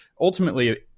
ultimately